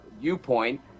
Viewpoint